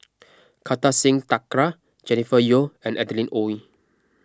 Kartar Singh Thakral Jennifer Yeo and Adeline Ooi